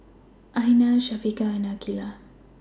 Aina Syafiqah and Aqilah